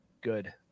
good